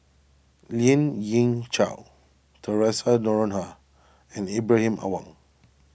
Lien Ying Chow theresa Noronha and Ibrahim Awang